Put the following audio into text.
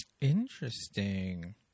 Interesting